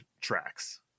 tracks